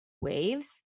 waves